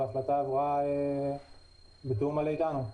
וההחלטה עברה בתיאום מלא איתנו.